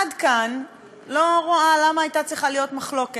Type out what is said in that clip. עד כאן אני לא רואה למה הייתה צריכה להיות מחלוקת,